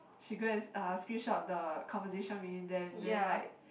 she go and uh screenshot the conversation between them then like